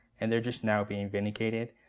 and they're just now being vindicated.